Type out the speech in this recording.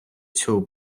цього